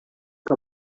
que